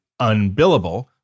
UNBILLABLE